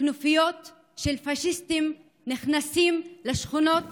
כנופיות של פשיסטים נכנסות לשכונות